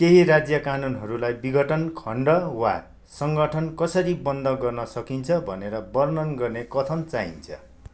केही राज्य कानुनहरूलाई विघटन खण्ड वा सङ्गठन कसरी बन्द गर्न सकिन्छ भनेर वर्णन गर्ने कथन चाहिन्छ